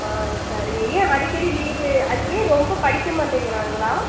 ஆ சரிங்க ஏன் அடிக்கடி லீவு ஏன் ரொம்ப படிக்கமாட்டேங்குறாங்களா